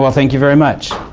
thank you very much.